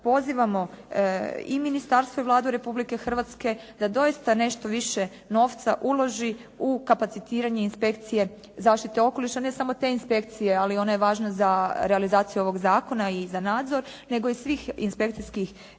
pozivamo i ministarstvo i Vladu Republike Hrvatske da doista nešto više novca uloži u kapacitiranje inspekcije zaštite okoliša. Ne samo te inspekcije, ali ona je važna za realizaciju ovog zakona i za nadzor, nego i svih inspekcijskih